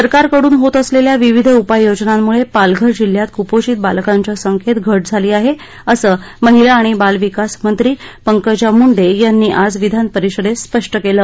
सरकारकडून होत असलेल्या विविध उपाययोजनांमुळे पालघर जिल्ह्यात कुपोषित बालकांच्या संख्येत घट झाली आहे असं महिला आणि बालविकास मंत्री पंकजा मुंडे यांनी आज विधानपरिषदेत स्पष्ट केलं